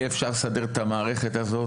יהיה אפשר לסדר את המערכת הזו,